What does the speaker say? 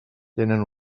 tenen